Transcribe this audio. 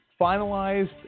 finalized